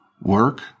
work